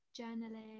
journaling